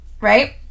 Right